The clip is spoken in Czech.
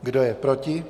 Kdo je proti?